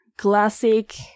classic